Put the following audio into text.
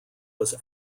was